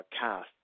cast